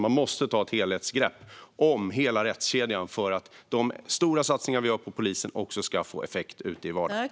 Man måste ta ett helhetsgrepp på hela rättskedjan för att de stora satsningar vi gör på polisen också ska få effekt ute i vardagen.